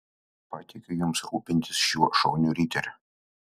patikiu jums rūpintis šiuo šauniu riteriu